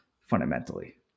fundamentally